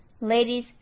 Ladies